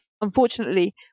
Unfortunately